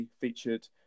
featured